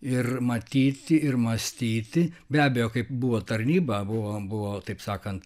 ir matyti ir mąstyti be abejo kaip buvo tarnyba buvau buvau taip sakant